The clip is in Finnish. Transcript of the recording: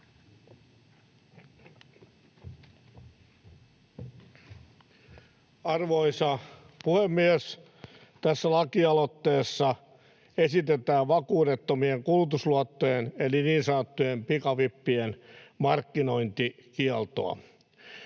Arvoisa puhemies! Tässä lakialoitteessa esitetään vakuudettomien kulutusluottojen eli niin sanottujen pikavippien markkinointikieltoa.